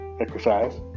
exercise